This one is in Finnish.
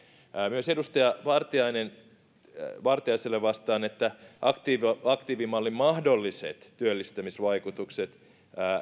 myös edustaja vartiaiselle vastaan että aktiivimallin mahdolliset työllistämisvaikutukset